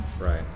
Right